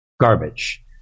garbage